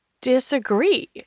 disagree